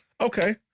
okay